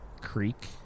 Creek